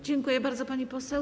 Dziękuję bardzo, pani poseł.